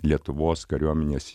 lietuvos kariuomenės